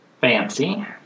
Fancy